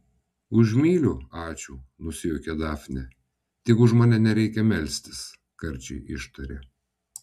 už myliu ačiū nusijuokė dafnė tik už mane nereikia melstis karčiai ištarė